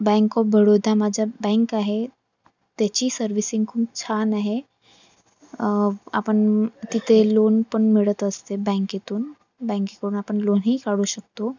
bank of Baroda माझा bank आहे त्याची सर्विसिंग खूप छान आहे आपण तिथे लोन पण मिळत असते बँकेतून बँकेकडून आपण लोनही काढू शकतो